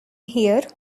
here